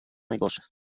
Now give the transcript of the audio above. najgorsze